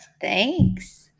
Thanks